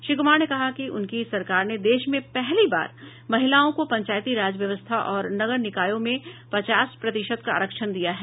श्री कुमार ने कहा कि उनकी सरकार ने देश में पहली बार महिलाओं को पंचायती राज व्यवस्था और नगर निकायों में पचास प्रतिशत का आरक्षण दिया है